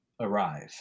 arrive